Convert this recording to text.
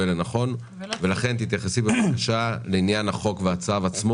לנכון ולכן תתייחסי בבקשה לעניין החוק והצו.